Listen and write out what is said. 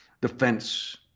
defense